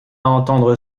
entendre